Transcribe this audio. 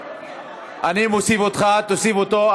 אני מוסיף אותך, תוסיף אותו,